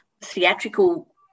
theatrical